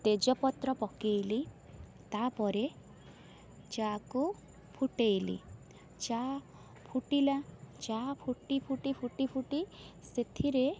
ତେଜ ପତ୍ର ପକେଇଲି ତାପରେ ଚା' କୁ ଫୁଟେଇଲି ଚା' ଫୁଟିଲା ଚା' ଫୁଟି ଫୁଟି ଫୁଟି ଫୁଟି ସେଥିରେ